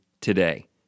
today